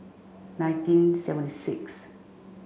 nineteen seventy sixth